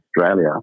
Australia